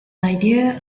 idea